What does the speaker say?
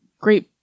Great